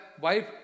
Wife